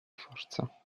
forza